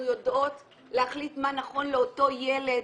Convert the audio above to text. אנחנו יודעות להחליט מה נכון לאותו ילד.